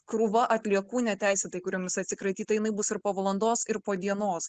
krūva atliekų neteisėtai kuriomis atsikratyta jinai bus ir po valandos ir po dienos